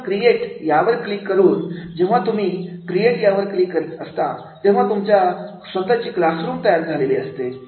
प्रथम क्रिएट यावर क्लिक करुन जेव्हा तुम्ही क्रियेट वर क्लिक करत असता तेव्हा तुमची स्वतःची क्लासरूम तयार झालेली असते